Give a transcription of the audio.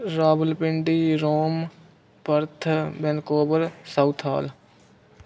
Rawalpindi Rome Perth Vancouver Southall